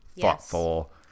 thoughtful